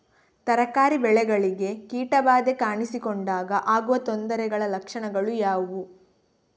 ತರಕಾರಿ ಬೆಳೆಗಳಿಗೆ ಕೀಟ ಬಾಧೆ ಕಾಣಿಸಿಕೊಂಡಾಗ ಆಗುವ ತೊಂದರೆಗಳ ಲಕ್ಷಣಗಳು ಯಾವುವು?